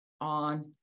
on